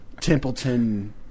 Templeton